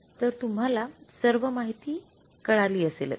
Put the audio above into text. तर तुम्हाला सर्व माहिती कळली असेलच